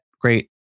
great